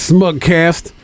Smugcast